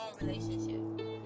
relationship